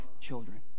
children